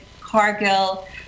Cargill